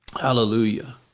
Hallelujah